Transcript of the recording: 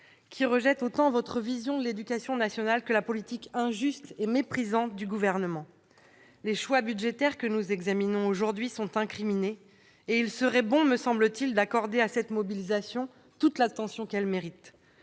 qui rejettent autant votre vision de l'éducation que la politique injuste et méprisante du Gouvernement. Les choix budgétaires que nous examinons aujourd'hui sont incriminés, et il serait bon, me semble-t-il, d'accorder à cette mobilisation toute l'attention qu'elle mérite.